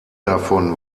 davon